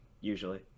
usually